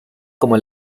como